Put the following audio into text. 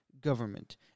government